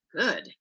Good